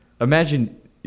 imagine